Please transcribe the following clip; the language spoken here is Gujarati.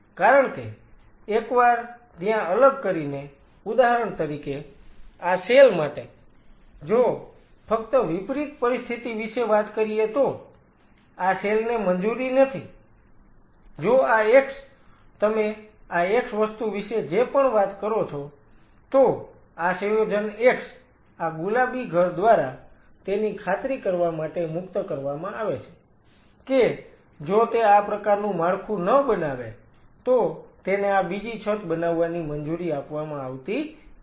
કારણ કે એકવાર ત્યાં અલગ કરીને ઉદાહરણ તરીકે આ સેલ માટે જો ફક્ત વિપરીત પરિસ્થિતિ વિશે વાત કરીએ તો આ સેલ ને મંજૂરી નથી જો આ x તમે આ x વસ્તુ વિશે જે પણ વાત કરો છો તો આ સંયોજન x આ ગુલાબી ઘર દ્વારા તેની ખાતરી કરવા માટે મુક્ત કરવામાં આવે છે કે જો તે આ પ્રકારનું માળખું ન બનાવે તો તેને આ બીજી છત બનાવવાની મંજૂરી આપવામાં આવતી નથી